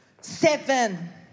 Seven